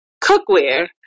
cookware